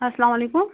اَسلامُ عَلیکُم